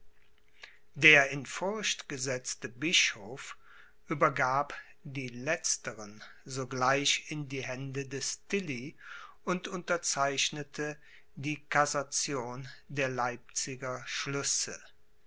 der in furcht gesetzte bischof übergab die letzteren sogleich in die hände des tilly und unterzeichnete die cassation der leipziger schlüsse